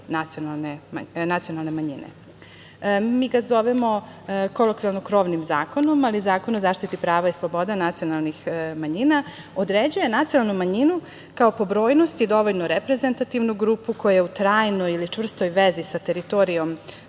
nacionalne manjine. Mi ga zovemo kolokvijalno krovnim zakonom, ali Zakon o zaštiti prava i sloboda nacionalnih manjina određuje nacionalnu manjinu kao po brojnosti dovoljno reprezentativnu grupu koja je u trajnoj ili u čvrstoj vezi sa teritorijom